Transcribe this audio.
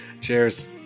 Cheers